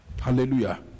Hallelujah